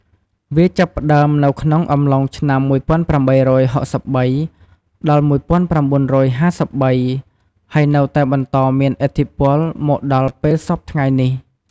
វាចាប់ផ្ដើមនៅក្នុងអំឡុងឆ្នាំ ១៨៦៣ ដល់ ១៩៥៣ ហើយនៅតែបន្តមានឥទ្ធិពលមកដល់ពេលសព្វថ្ងៃនេះ។